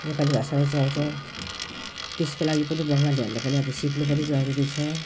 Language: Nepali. नेपाली भाषा नै चल्छ त्यसको लागि पनि बङ्गालीहरूलाई पनि अब सिक्नु पनि जरुरी छ